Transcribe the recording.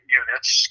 units